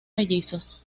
mellizos